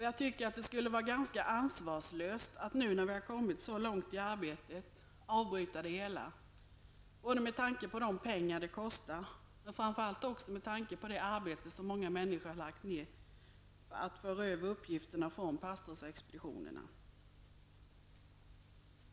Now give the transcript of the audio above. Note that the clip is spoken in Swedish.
Jag tycker att det skulle vara ganska ansvarslöst att nu, när vi kommit så långt i arbetet, avbryta det hela både med tanke på de pengar det kostar, men framför allt med tanke på det arbete som många människor har lagt ner för att föra över uppgifterna från pastorsexpeditionerna.